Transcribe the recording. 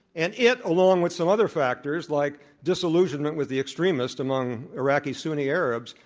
and it, along with some other factors, like disillusionment with the extremists among iraqi-sunni arabs,